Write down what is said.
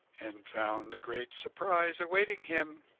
and found a great surprise awaiting him,